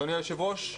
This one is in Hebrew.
אדוני היושב ראש,